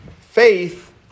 Faith